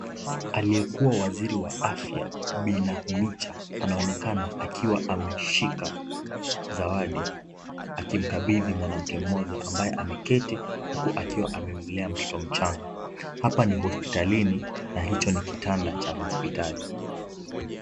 Aliyekuwa waziri wa afya bi Nakumicha anaonekana akiwa ameshika zawadi, akimkabidhi mwanamke mmoja ambaye ameketi huku amemlea mtoto mchanga hapa ni hospitalini na hicho ni kitanda cha hospitali.